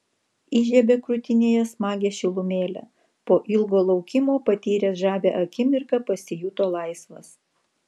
įžiebė krūtinėje smagią šilumėlę po ilgo laukimo patyręs žavią akimirką pasijuto laisvas